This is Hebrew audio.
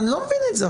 אני לא מבין את זה.